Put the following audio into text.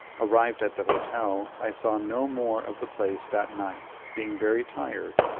arrived at the hotel i saw no more of the place that night being very tired,